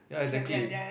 ya exactly